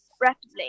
rapidly